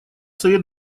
совет